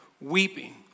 weeping